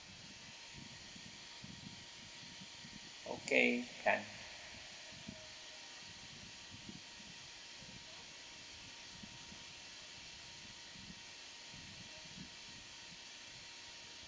okay can